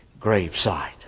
gravesite